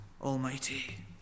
almighty